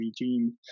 regime